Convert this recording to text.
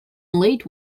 late